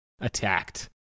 attacked